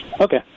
Okay